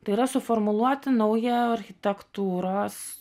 tai yra suformuluoti naują architektūros